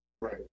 Right